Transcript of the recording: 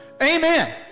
Amen